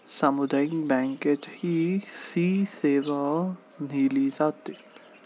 सामुदायिक बँकेतही सी सेवा दिल्या जातात